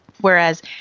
whereas